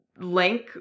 link